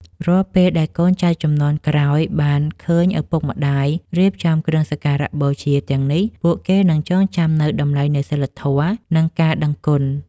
រាល់ពេលដែលកូនចៅជំនាន់ក្រោយបានឃើញឪពុកម្តាយរៀបចំគ្រឿងសក្ការបូជាទាំងនេះពួកគេនឹងចងចាំនូវតម្លៃនៃសីលធម៌ និងការដឹងគុណ។